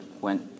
went